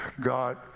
God